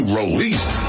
released